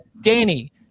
Danny